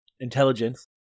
intelligence